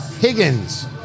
Higgins